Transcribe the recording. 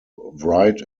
wright